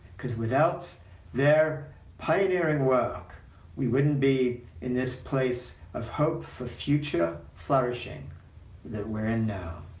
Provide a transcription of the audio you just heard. because without their pioneering work we wouldn't be in this place of hope for future flourishing that we're in now.